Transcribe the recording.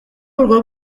urwo